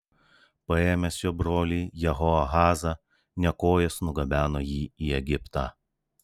paėmęs jo brolį jehoahazą nekojas nugabeno jį į egiptą